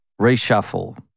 reshuffle